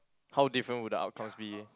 how different would the outcomes be